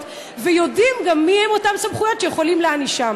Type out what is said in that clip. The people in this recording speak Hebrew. ויודעים גם מי הן אותן סמכויות שיכולות להענישם?